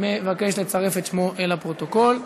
מבקש לצרף את שמו לפרוטוקול.